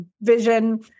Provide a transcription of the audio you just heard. vision